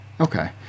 Okay